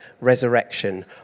resurrection